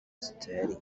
steady